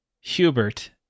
Hubert